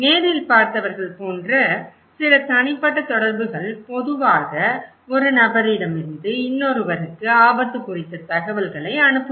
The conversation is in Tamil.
நேரில் பார்த்தவர்கள் போன்ற சில தனிப்பட்ட தொடர்புகள் பொதுவாக ஒரு நபரிடமிருந்து இன்னொருவருக்கு ஆபத்து குறித்த தகவல்களை அனுப்புவர்